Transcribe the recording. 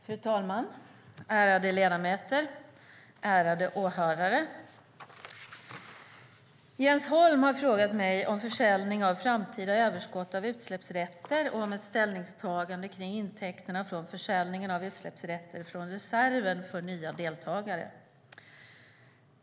Fru talman! Ärade ledamöter! Ärade åhörare! Jens Holm har frågat mig om försäljning av framtida överskott av utsläppsrätter och om ett ställningstagande kring intäkterna från försäljningen av utsläppsrätter från reserven för nya deltagare.